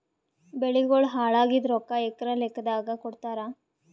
ಬೆಳಿಗೋಳ ಹಾಳಾಗಿದ ರೊಕ್ಕಾ ಎಕರ ಲೆಕ್ಕಾದಾಗ ಕೊಡುತ್ತಾರ?